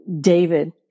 david